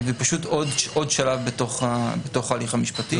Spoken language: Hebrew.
זה פשוט עוד שלב בתוך ההליך המשפטי.